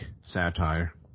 satire